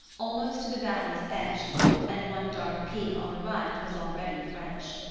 almost to the valley's edge and one dark peak on the right was already french.